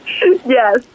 Yes